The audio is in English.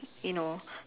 you know